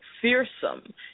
fearsome